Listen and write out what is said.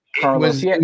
Carlos